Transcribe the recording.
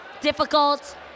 difficult